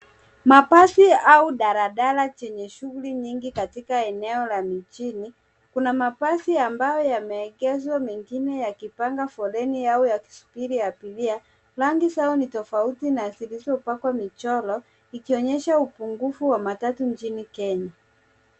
Mabasi au daladala chenye shughuli nyingi katika eneo la mijini. Kuna mabasi ambayo yameegezwa, mengine yakipanga foleni au yakisubiri abiria. Rangi zao ni tofauti na zilizopakwa michoro, ikionyesha upungufu wa matatu nchini Kenya.